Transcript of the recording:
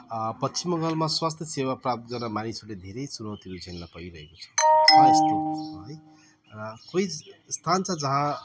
पश्चिम बङ्गालमा स्वास्थ्य सेवा प्राप्त गर्न मानिसहरूले धेरै चुनौतीहरू झेल्नु परिरहेको छ छ यस्तो है र कोही स्थान छ जहाँ